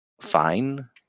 fine